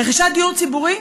רכישת דיור ציבורי,